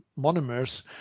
monomers